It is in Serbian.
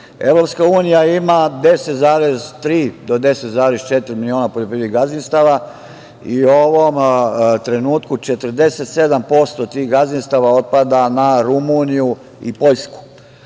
EU.Evropska unija ima 10,3 do 10,4 miliona poljoprivrednih gazdinstava i u ovom trenutku 47% tih gazdinstava otpada na Rumuniju i Poljsku.